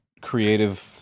creative